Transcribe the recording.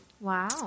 Wow